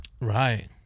right